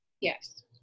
Yes